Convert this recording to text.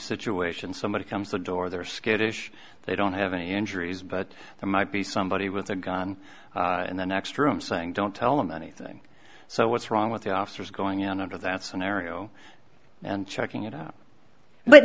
situation somebody comes the door they're skittish they don't have any injuries but there might be somebody with a gun in the next room saying don't tell them anything so what's wrong with the officers going on under that scenario and checking it out but